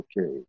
okay